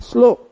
Slow